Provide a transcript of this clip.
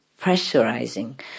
pressurizing